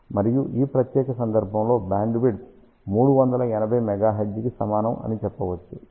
మరియు ఈ ప్రత్యేక సందర్భంలో బ్యాండ్విడ్త్ 380 MHz కి సమానం అని చెప్పవచ్చు ఇది 13